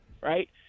right